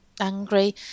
angry